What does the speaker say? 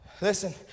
listen